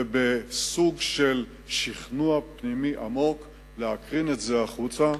ובסוג של שכנוע פנימי עמוק להקרין את זה החוצה,